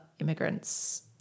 immigrants